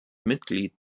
mitglied